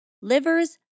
livers